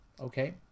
Okay